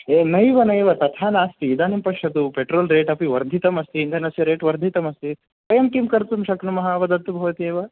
ये नैव नैव तथा नास्ति इदानीं पश्यतु पेट्रोल् रेट् अपि वर्धितमस्ति इन्धनस्य रेट् वर्धितमस्ति वयं किं कर्तुं शक्नुमः वदतु भवती एव